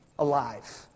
Alive